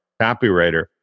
copywriter